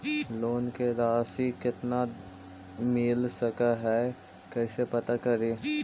Loan के रासि कितना मिल सक है कैसे पता करी?